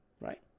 right